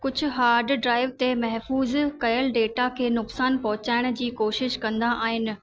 कुझु hard drive ते महफूज़ कयल डेटा खे नुक़साुन पहुंचाइण जी कोशिशि कंदा आहिनि